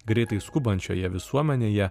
greitai skubančioje visuomenėje